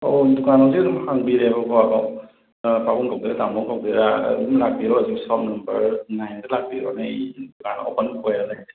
ꯑꯣ ꯗꯨꯀꯥꯟꯕꯨꯗꯤ ꯑꯗꯨꯝ ꯍꯥꯡꯕꯤꯔꯦꯕꯀꯣ ꯑꯗꯣ ꯄꯥꯕꯨꯡ ꯀꯧꯗꯣꯏꯔꯥ ꯇꯥꯃꯣ ꯀꯧꯗꯣꯏꯔꯥ ꯑꯗꯨꯝ ꯂꯥꯛꯄꯤꯔꯣ ꯍꯧꯖꯦꯛ ꯁꯣꯞ ꯅꯝꯕꯔ ꯅꯥꯏꯟꯗ ꯑꯗꯨꯝ ꯂꯥꯛꯄꯤꯔꯣꯅꯦ ꯑꯩ ꯗꯨꯀꯥꯟ ꯑꯣꯄꯟ ꯑꯣꯏꯔ ꯂꯩ